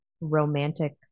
romantic